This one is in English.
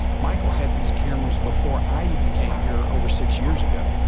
michael had these cameras before i even came here over six years ago.